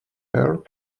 her